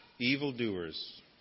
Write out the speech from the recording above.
Evildoers